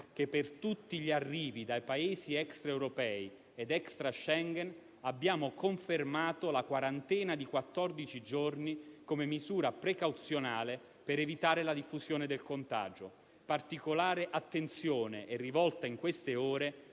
che, per tutti gli arrivi dai Paesi extraeuropei ed extra-Schengen, abbiamo confermato la quarantena di quattordici giorni come misura precauzionale per evitare la diffusione del contagio. Particolare attenzione è rivolta in queste ore